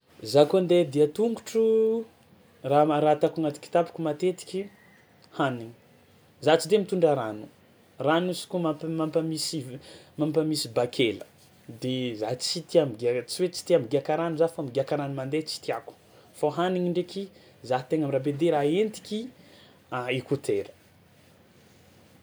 Za koa andeha dia an-tongotro, raha ma- raha ataoko anaty kitapoko matetiky hanigny, za tsy de mitondra rano, rano izy kôa mamp- mampamisy siv- mampamisy bakela de za tsy tia migiàka tsy hoe tsy tia migiàka rano za fa migiàka rano mandeha tsy tiàko, fô hanigny ndraiky za tegna mirabe de raha entiky écouteurs.